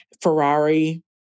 Ferrari